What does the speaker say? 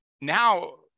now